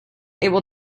able